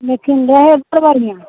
लेकिन रहै तऽ बढ़िआँ